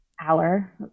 hour